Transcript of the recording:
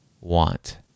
want